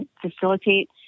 facilitate